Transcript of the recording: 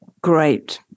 Great